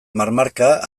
marmarka